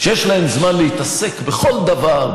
שיש להן זמן להתעסק בכל דבר,